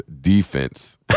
defense